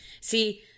See